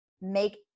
make